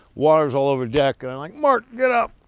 water's all over deck. and i'm like, mark, get up.